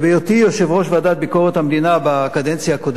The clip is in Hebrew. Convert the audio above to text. בהיותי יושב-ראש ועדת ביקורת המדינה בקדנציה הקודמת